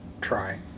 try